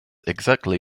exactly